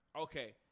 Okay